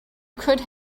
could